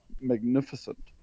magnificent